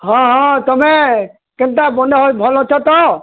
ହଁ ହଁ ତମେ କେନ୍ତା ମନୋହର୍ ଭଲ୍ ଅଛ ତ